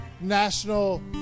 national